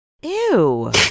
ew